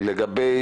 לגבי